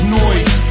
noise